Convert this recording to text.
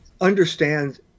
understand